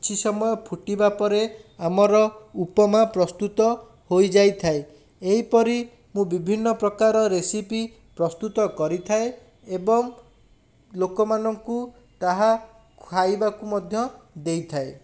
କିଛି ସମୟ ଫୁଟିବା ପରେ ଆମର ଉପମା ପ୍ରସ୍ତୁତ ହୋଇଯାଇଥାଏ ଏହିପରି ମୁଁ ବିଭିନ୍ନ ପ୍ରକାର ରେସିପି ପ୍ରସ୍ତୁତ କରିଥାଏ ଏବଂ ଲୋକମାନଙ୍କୁ ତାହା ଖାଇବାକୁ ମଧ୍ୟ ଦେଇଥାଏ